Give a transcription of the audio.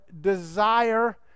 desire